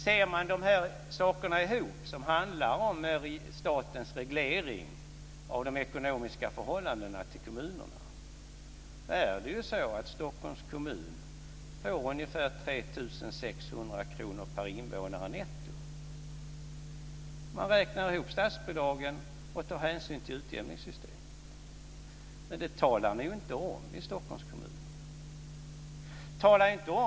Ser man de här sakerna ihop, som handlar om statens reglering av de ekonomiska förhållandena till kommunerna, så är det ju så att Stockholms kommun får ungefär 3 600 kr per invånare netto om man räknar ihop skattebidragen och tar hänsyn till utjämningssystemet. Men det talar ni inte om i Stockholms kommun.